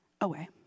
away